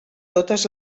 totes